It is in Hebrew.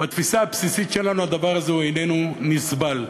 בתפיסה הבסיסית שלנו הדבר הזה איננו נסבל.